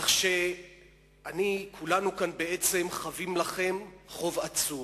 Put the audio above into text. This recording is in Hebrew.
כך שכולנו כאן בעצם חבים לכם חוב עצום.